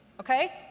okay